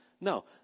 No